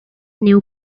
new